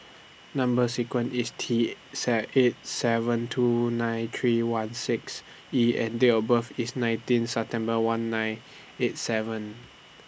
Number sequence IS T set eight seven two nine three one six E and Date of birth IS nineteen September one nine eight seven